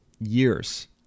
years